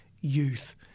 youth